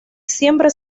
siempre